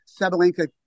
Sabalenka